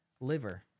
liver